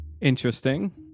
interesting